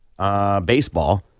Baseball